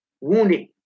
wounded